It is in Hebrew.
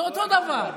זה אותו דבר.